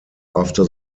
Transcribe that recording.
after